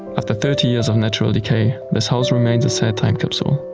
after thirty years of natural decay, this house remains a sad time capsule.